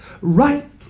right